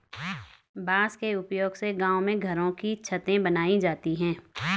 बांस के उपयोग से गांव में घरों की छतें बनाई जाती है